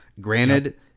Granted